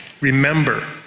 Remember